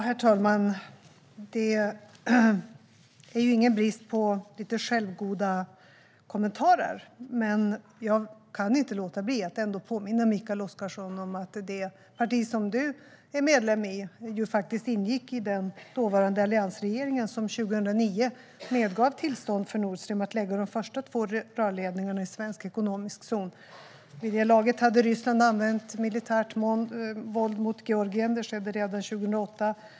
Herr talman! Det är ingen brist på självgoda kommentarer. Jag kan dock inte låta bli att påminna Mikael Oscarsson om att det parti som han är medlem i faktiskt ingick i den dåvarande alliansregeringen som 2009 medgav tillstånd för Nord Stream att lägga de första två rörledningarna i svensk ekonomisk zon. Vid det laget hade Ryssland använt militärt våld mot Georgien. Det skedde redan 2008.